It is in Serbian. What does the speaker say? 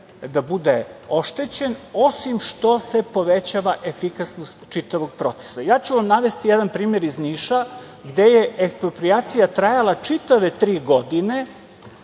da bude oštećen osim što se povećava efikasnost čitavog procesa. Ja ću vam navesti jedan primer iz Niša gde je eksproprijacija trajala čitave tri godine,